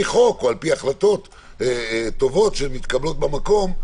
חוק או על פי החלטות טובות שמתקבלות במקום,